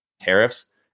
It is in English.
tariffs